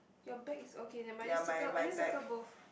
your bag is okay never mind just circle I just circle both